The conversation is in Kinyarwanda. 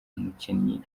mukinnyi